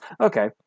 Okay